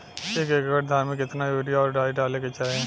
एक एकड़ धान में कितना यूरिया और डाई डाले के चाही?